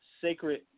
sacred